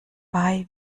bei